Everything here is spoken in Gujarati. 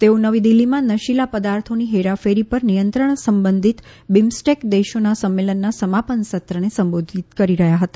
તેઓ નવી દિલ્હીમાં નશીલા પદાર્થોની હેરાફેરી પર નિયંત્રણ સંબંધિત બિમ્સ્ટેક દેશોના સંમેલનના સમાપન સત્રને સંબોધિત કરી રહ્યા હતા